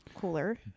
cooler